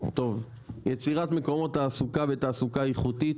יצירת מקומות תעסוקה ותעסוקה איכותית.